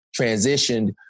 transitioned